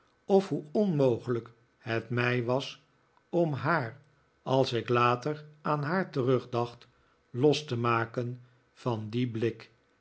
of hoe onmogelijk het mij was om haar als ik later aan haar terugdacht los te maken van dien blik